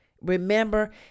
remember